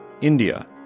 India